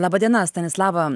laba diena stanislava